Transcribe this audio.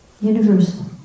universal